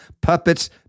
puppets